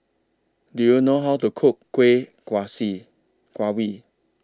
Do YOU know How to Cook Kuih